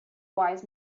wise